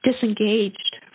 disengaged